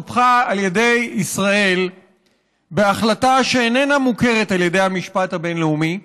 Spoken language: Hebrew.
סופחה על ידי ישראל בהחלטה שאיננה מוכרת על ידי המשפט הבין-לאומי,